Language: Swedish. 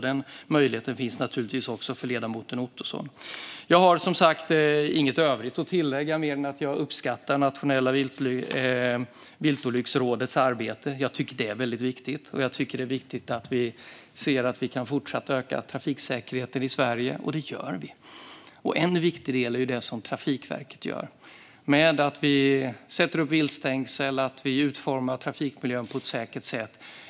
Den möjligheten finns naturligtvis också för ledamoten Ottoson. Jag har som sagt inget övrigt att tillägga mer än att jag uppskattar Nationella Viltolycksrådets arbete. Jag tycker att det är väldigt viktigt. Jag tycker också att det är viktigt att vi kan fortsätta att öka trafiksäkerheten i Sverige, och det gör vi. En viktig del är det som Trafikverket gör med att sätta upp viltstängsel och utforma trafikmiljön på ett säkert sätt.